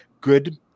good